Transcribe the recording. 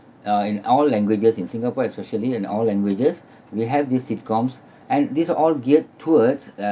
uh in all languages in singapore especially in all languages we have these sitcoms and these are all geared towards